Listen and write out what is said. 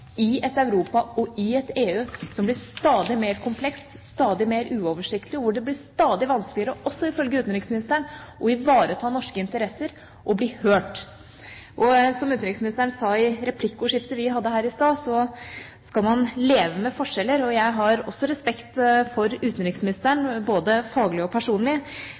i et Europa og i et EU som blir stadig mer komplekst, stadig mer uoversiktlig, og hvor det blir stadig vanskeligere, også ifølge utenriksministeren, å ivareta norske interesser og å bli hørt. Som utenriksministeren sa i replikkordskiftet vi hadde her i stad, skal man leve med forskjeller. Jeg har respekt for utenriksministeren, både faglig og personlig,